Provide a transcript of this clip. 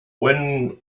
when